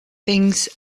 things